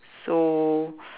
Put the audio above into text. so